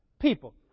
people